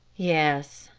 yes,